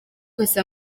twese